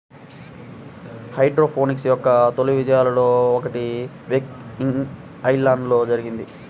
hydroponics యొక్క తొలి విజయాలలో ఒకటి వేక్ ఐలాండ్లో జరిగింది